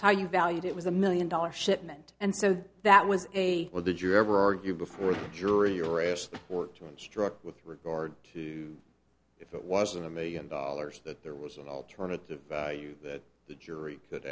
how you valued it was a million dollar shipment and so that was a well did you ever argue before the jury or asked or to instruct with regard to if it was in a million dollars that there was an alternative value that the jury could